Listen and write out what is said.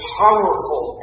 powerful